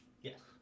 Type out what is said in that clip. Yes